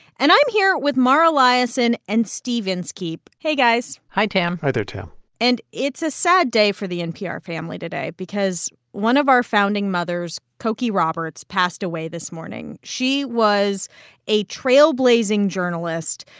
and i'm here with mara liasson and steve inskeep hey, guys hi, tam hi there, tam and it's a sad day for the npr family today because one of our founding mothers, cokie roberts, passed away this morning. she was a trailblazing journalist,